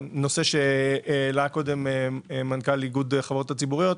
לנושא שהעלה מנכ"ל איגוד החברות הציבוריות,